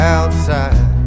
Outside